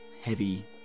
heavy